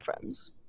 friends